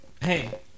Hey